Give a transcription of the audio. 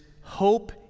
hope